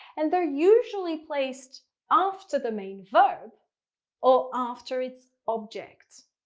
and they're usually placed after the main verb or after its object.